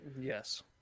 Yes